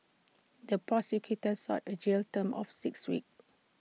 the prosecutor sought A jail term of six weeks